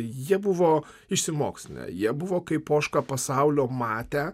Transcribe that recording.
jie buvo išsimokslinę jie buvo kaip poška pasaulio matę